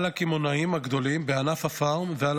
על הקמעונאים הגדולים בענף הפארם ועל